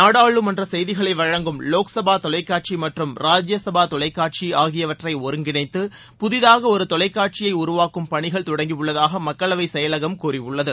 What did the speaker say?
நாடாளுமன்ற செய்திகளை வழங்கும் லோக்சபா தொலைக்காட்சி மற்றும் ராஜ்யசபா தொலைக்காட்சி ஆகியவற்றை ஒருங்கிணைத்து புதிதாக ஒரு தொலைக்காட்சியை உருவாக்கும் பணிகள் தொடங்கியுள்ளதாக மக்களவை செயலகம் கூறியுள்ளது